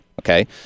Okay